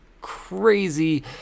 crazy